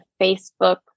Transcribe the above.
Facebook